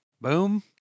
Boom